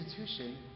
institution